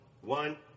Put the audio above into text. one